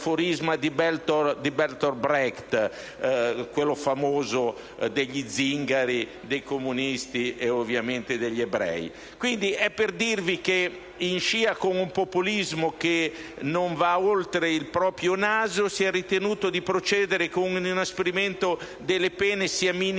ed ebrei. Dunque, in scia con un populismo che non va oltre il proprio naso, si è ritenuto di procedere con un inasprimento delle pene, sia minime